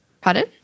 Pardon